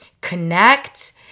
connect